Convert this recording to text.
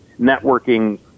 networking